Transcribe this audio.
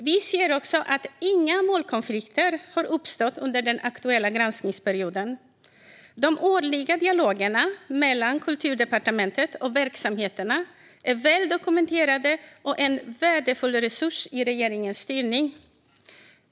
Vi ser också att inga målkonflikter har uppstått under den aktuella granskningsperioden. De årliga dialogerna mellan Kulturdepartementet och verksamheterna är väl dokumenterade och en värdefull resurs i regeringens styrning.